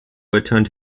returned